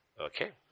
Okay